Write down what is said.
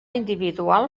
individual